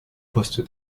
poste